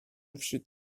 wśród